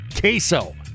queso